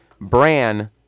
Bran